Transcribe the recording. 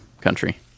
country